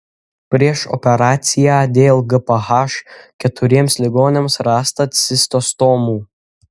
prieš operaciją dėl gph keturiems ligoniams rasta cistostomų